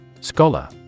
Scholar